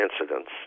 incidents